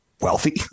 wealthy